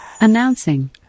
Announcing